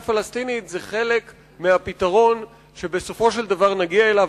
כי הקמת מדינה פלסטינית זה חלק מהפתרון שבסופו של דבר נגיע אליו,